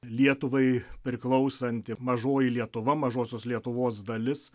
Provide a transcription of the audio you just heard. lietuvai priklausanti mažoji lietuva mažosios lietuvos dalis